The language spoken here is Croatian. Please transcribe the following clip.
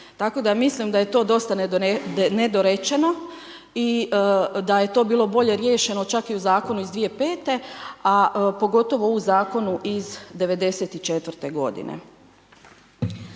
tako da mislim da je to dosta nedorečeno i da je to bilo bolje riješeno čak i u zakonu iz 2005., a pogotovo u zakonu iz '94. g.